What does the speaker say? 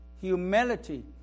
Humility